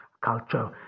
culture